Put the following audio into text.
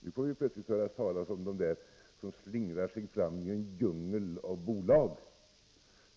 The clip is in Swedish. Nu får vi plötsligt höra talas om dem som slingrar sig fram i en djungel av bolag,